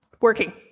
working